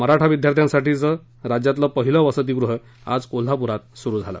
मराठा विद्यार्थ्यांसाठीचं राज्यातलं पहिलं वसतिगृह आज कोल्हापुरात सुरू करण्यात आलं